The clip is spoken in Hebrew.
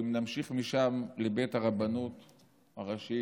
אם נמשיך משם לבית הרבנות הראשית,